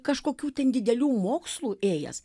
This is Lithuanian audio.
kažkokių ten didelių mokslų ėjęs